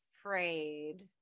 afraid